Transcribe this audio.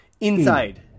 inside